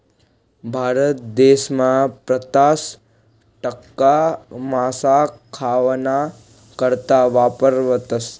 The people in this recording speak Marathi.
भारत देसमा पन्नास टक्का मासा खावाना करता वापरावतस